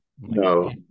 No